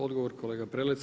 Odgovor kolega Prelec.